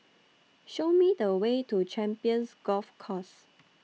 Show Me The Way to Champions Golf Course